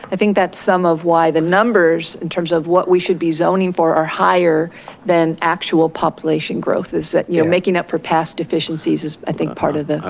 i think that's some of why the numbers in terms of what we should be zoning for are higher than actual population growth is that you know making up for past deficiencies is i think part of that.